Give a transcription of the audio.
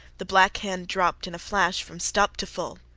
the black hand dropped in a flash from stop to full.